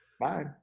Bye